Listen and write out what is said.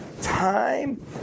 time